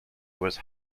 was